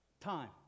time